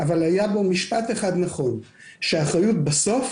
אבל היה בו משפט אחד נכון, שהאחריות בסוף